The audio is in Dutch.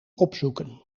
opzoeken